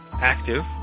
active